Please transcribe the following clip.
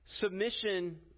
submission